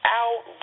out